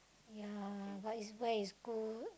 ya but is where is good